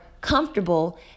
comfortable